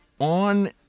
on